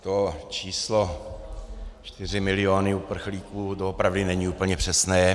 To číslo čtyři miliony uprchlíků doopravdy není úplně přesné.